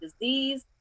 disease